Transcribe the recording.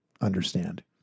Understand